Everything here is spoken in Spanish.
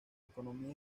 economía